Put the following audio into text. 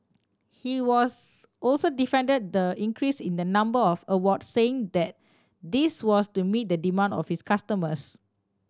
he was also defended the increase in the number of awards saying that this was to meet the demand of his customers